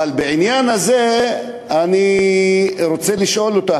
אבל בעניין הזה אני רוצה לשאול אותה,